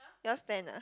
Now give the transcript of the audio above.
yours ten ah